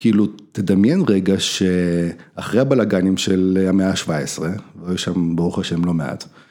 כאילו תדמיין רגע שאחרי הבלאגנים של המאה השבע עשרה, והיו שם ברוך השם לא מעט.